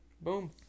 Boom